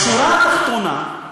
בשורה התחתונה, תשמע,